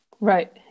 right